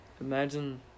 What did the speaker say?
Imagine